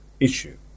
issue